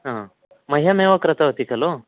हा मह्यम् एव कृतवती खलु